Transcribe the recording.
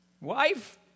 Wife